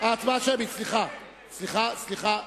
הצבעה שמית, סליחה, סליחה,